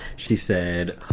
she said,